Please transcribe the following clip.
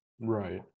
right